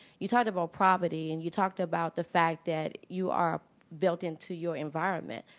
you talked about poverty and you talked about the fact that you are built into your environment.